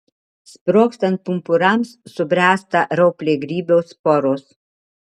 sprogstant pumpurams subręsta rauplėgrybio sporos